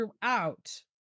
throughout